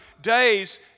days